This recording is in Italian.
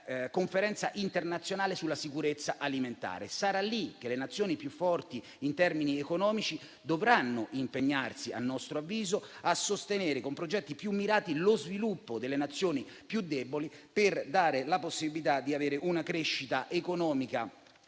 conferenza internazionale sulla sicurezza alimentare. Sarà lì che le Nazioni più forti in termini economici dovranno impegnarsi, a nostro avviso, a sostenere con progetti più mirati lo sviluppo delle Nazioni più deboli, per dare loro la possibilità di avere una crescita economica